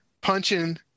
punching